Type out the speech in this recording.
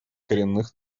коренных